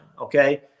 Okay